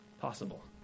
possible